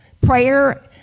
prayer